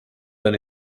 than